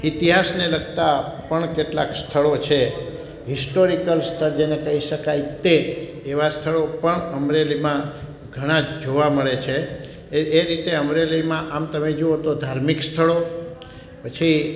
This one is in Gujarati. ઈતિહાસને લગતા પણ કેટલાક સ્થળો છે હિસ્ટોરિકલ સ્થળ જેને કહી શકાય તે એવા સ્થળો પણ અમરેલીમાં ઘણા જોવા મળે છે એ એ રીતે અમરેલીમાં આમ તમે જોવો તો ધાર્મિક સ્થળો પછી